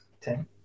Ten